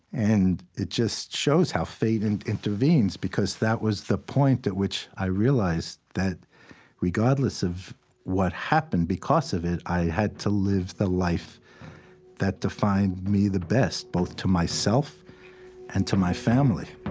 and it just shows how fate and intervenes because that was the point at which i realized that regardless of what happened because of it, i had to live the life that defined me the best, both to myself and to my family